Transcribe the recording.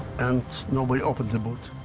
and nobody opened the boot,